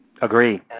Agree